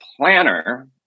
planner